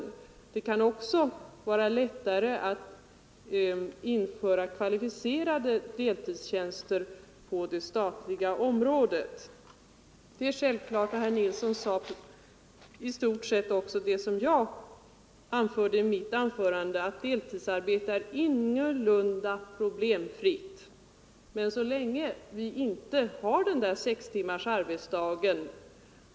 Vidare kan det vara lättare att införa kvalificerade deltidstjänster inom den statliga sektorn. Slutligen sade herr Nilsson att deltidsarbetet ingalunda är problemfritt, och det framhöll jag också i mitt anförande. Det finns problem där, så länge vi inte har sex timmars arbetsdag.